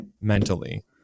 mentally